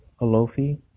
alofi